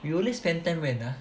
you only spend time when ah